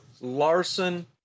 Larson